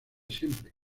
siempre